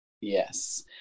Yes